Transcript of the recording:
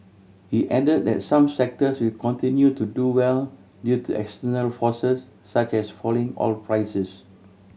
he add that some sectors will continue to do well due to external forces such as falling oil prices